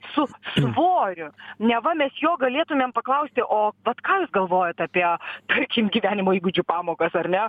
su svoriu neva mes jo galėtumėm paklausti o ką jūs galvojat apie tarkim gyvenimo įgūdžių pamokas ar ne